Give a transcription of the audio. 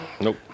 Nope